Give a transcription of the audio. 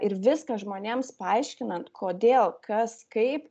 ir viską žmonėms paaiškinant kodėl kas kaip